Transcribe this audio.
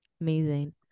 amazing